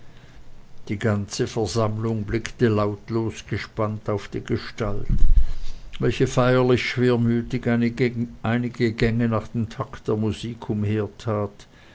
die ganze versammlung blickte lautlos gespannt auf die gestalt welche feierlich schwermütig einige gänge nach dem takte der musik